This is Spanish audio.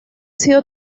sido